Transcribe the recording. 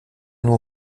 nur